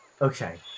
Okay